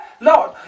Lord